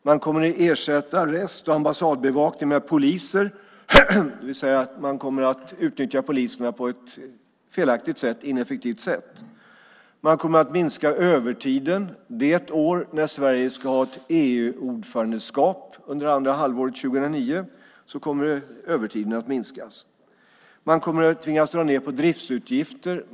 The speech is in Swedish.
Man kommer att ersätta arrest och ambassadbevakningen med poliser, det vill säga att man kommer att utnyttja poliserna på ett felaktigt och ineffektivt sätt. Man kommer att minska övertiden det år när Sverige ska ha ett EU-ordförandeskap. Under andra halvåret 2009 kommer övertiden alltså att minskas. Man kommer att tvingas att dra ned på driftsutgifter.